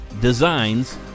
designs